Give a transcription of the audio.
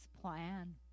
plan